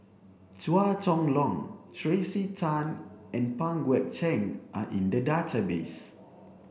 Chua Chong Long Tracey Tan and Pang Guek Cheng are in the database